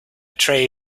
tray